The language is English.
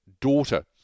daughter